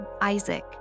Isaac